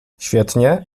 świetnie